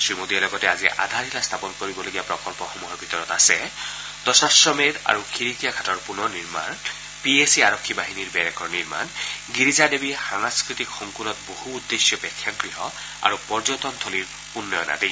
শ্ৰীমোদীয়ে লগতে আজি আধাৰশিলা স্থাপন কৰিবলগীয়া প্ৰকল্প সমূহৰ ভিতৰত আছে দশাশ্বমেধ আৰু থিৰকিয়া ঘাটৰ পুনৰ নিৰ্মাণ পি এ চি আৰক্ষী বাহিনীৰ বেৰেকৰ নিৰ্মণ গিৰিজা দেৱী সাংস্কৃতিক সংকুলত বহু উদ্দেশ্যিয় পেক্ষাগৃহ আৰু পৰ্যটটনথলীৰ উন্নয়ন আদি